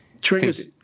Triggers